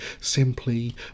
simply